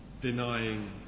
denying